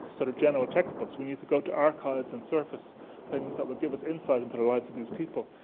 sort of, general textbooks. we need to go to archives and surface things that will give us insight into the lives of this people.